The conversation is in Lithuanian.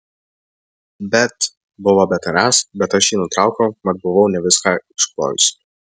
bet buvo betariąs bet aš jį nutraukiau mat buvau ne viską išklojusi